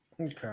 Okay